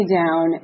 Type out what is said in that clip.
down